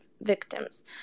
victims